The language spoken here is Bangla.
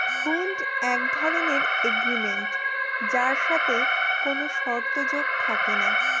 হুন্ড এক ধরনের এগ্রিমেন্ট যার সাথে কোনো শর্ত যোগ থাকে না